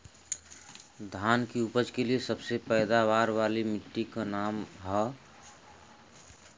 धान की उपज के लिए सबसे पैदावार वाली मिट्टी क का नाम ह?